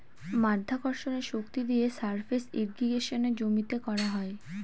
মাধ্যাকর্ষণের শক্তি দিয়ে সারফেস ইর্রিগেশনে জমিতে করা হয়